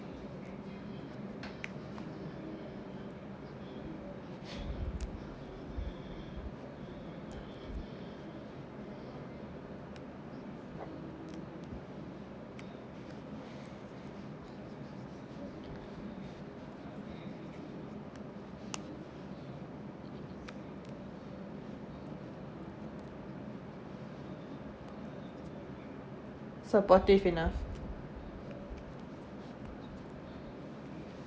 supportive enough